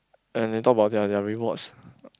and they talk about their their rewards